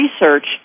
research